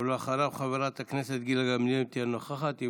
ואחריו, חברת הכנסת גילה גמליאל, אם תהיה נוכחת.